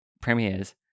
premieres